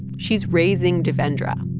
she's raising devendra.